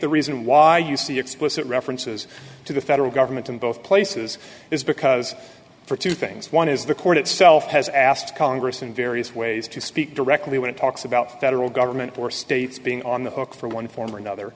the reason why you see explicit references to the federal government in both places is because for two things one is the court itself has asked congress in various ways to speak directly when it talks about federal government or states being on the hook for one form or